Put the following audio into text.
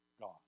God